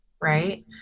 right